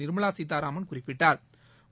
நிர்மலா சீதாராமன் குறிப்பிட்டா்